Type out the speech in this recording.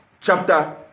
chapter